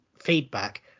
feedback